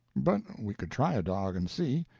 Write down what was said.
but we could try a dog and see.